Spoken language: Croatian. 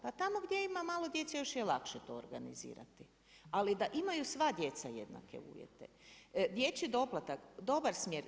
Pa tamo gdje ima malo djece još je lakše to organizirati, ali da imaju sva djeca jednake uvjete dječji doplatak dobar smjer.